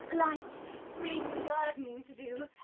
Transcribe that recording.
light, spring, gardening to do.